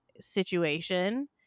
situation